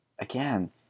again